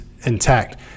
intact